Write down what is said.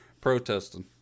protesting